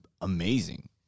amazing